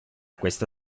questa